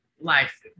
life